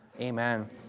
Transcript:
Amen